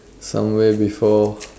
somewhere before